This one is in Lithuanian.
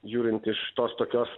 žiūrint iš tos tokios